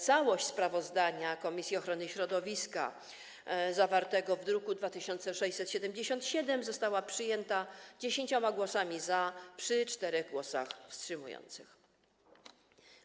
Całość sprawozdania komisji ochrony środowiska zawartego w druku nr 2677 została przyjęta 10 głosami, przy 4 głosach wstrzymujących się.